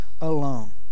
alone